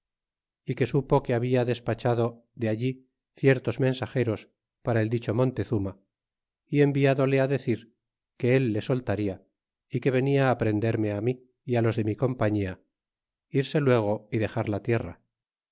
y que supo que habla despachado de allí ciertos mena sageros para el dicho montezuma y cnviadole decir que él a le soltarla y que venia prenderme mí y de mi comk partía irse luego y dexar la tierra